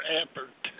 effort